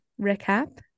recap